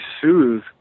soothe